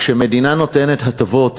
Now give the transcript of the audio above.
כשמדינה נותנת הטבות,